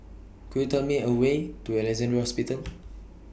Could YOU Tell Me The Way to Alexandra Hospital